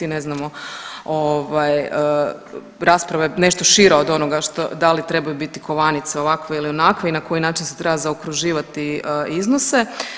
Ne znamo rasprava je nešto šira od onoga da li trebaju biti kovanice ovakve ili onakve i na koji način se treba zaokruživati iznose.